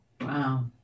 Wow